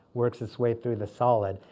works its way through the solid.